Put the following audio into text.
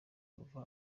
kuva